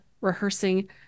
rehearsing